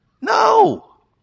No